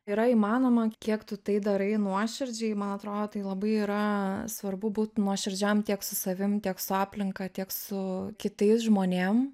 yra įmanoma kiek tu tai darai nuoširdžiai man atrodo tai labai yra svarbu būt nuoširdžiam tiek su savim tiek su aplinka tiek su kitais žmonėm